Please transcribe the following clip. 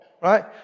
Right